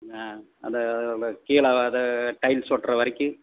ஆ அது கீழே வர டைல்ஸ் ஒட்டுற வரைக்கு